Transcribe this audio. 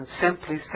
simply